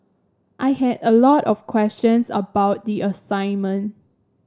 I had a lot of questions about the assignment